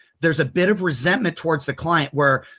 there's a bit of resentment towards the client where,